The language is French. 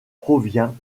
provient